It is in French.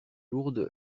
lourde